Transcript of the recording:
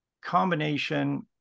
combination